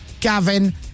Gavin